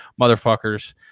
motherfuckers